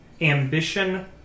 ambition